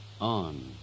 On